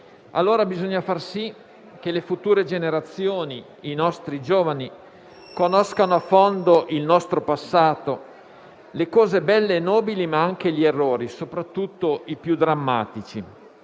allora bisogna far sì che le future generazioni e i nostri giovani conoscano a fondo il nostro passato, le cose belle e nobili, ma anche gli errori, soprattutto i più drammatici.